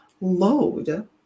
load